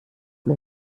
mir